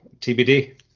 TBD